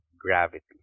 gravity